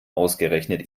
ausgerechnet